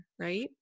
right